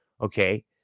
Okay